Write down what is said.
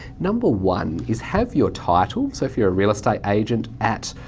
number one is have your title, so if you are a real estate agent at,